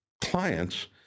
clients